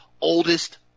oldest